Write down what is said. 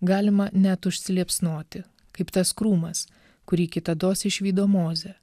galima net užsiliepsnoti kaip tas krūmas kurį kitados išvydo mozė